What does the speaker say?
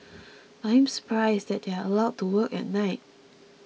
I'm surprised that they are allowed to work at night